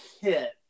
hit